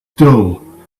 dull